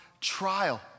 trial